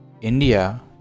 India